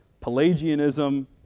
Pelagianism